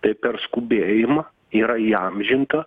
tai per skubėjimą yra įamžinta